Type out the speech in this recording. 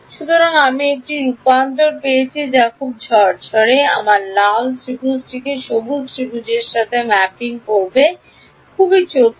সুতরাং আমি একটি রূপান্তর পেয়েছি যা খুব ঝরঝরে আমার লাল ত্রিভুজটিকে সবুজ ত্রিভুজের সাথে ম্যাপিং করছে খুব চতুর